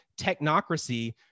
technocracy